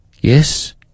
Yes